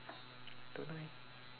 don't know eh